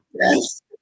Yes